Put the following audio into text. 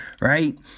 right